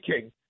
King